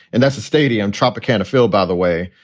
and that's a stadium, tropicana fill, by the way.